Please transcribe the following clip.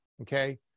Okay